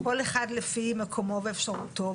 כל אחד לפי מקומו ואפשרותו,